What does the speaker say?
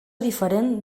diferent